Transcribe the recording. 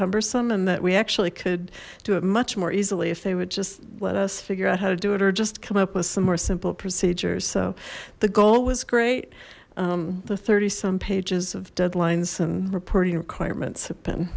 cumbersome and that we actually could do it much more easily if they would just let us figure out how to do it or just come up with some more simple procedures so the goal was great the thirty some pages of deadlines and reporting requirements have been